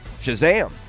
Shazam